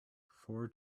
four